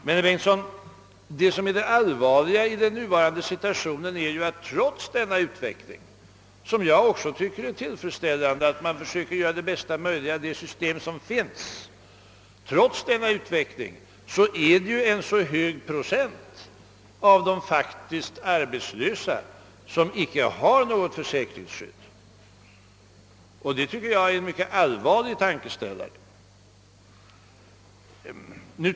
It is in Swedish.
Men, herr Bengtsson, det allvarliga i den nuvarande situatiohen, trots denna utveckling, som jag också finner tillfredsställande, nämligen att man försöker göra det bästa möjliga av det system som finns, är att en så hög procent av de faktiskt arbetslösa saknar försäkringsskydd. Det tycker jag är en mycket allvarlig tankeställare.